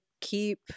keep